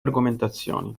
argomentazioni